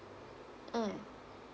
mm